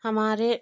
हमारे